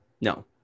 No